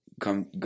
come